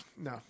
no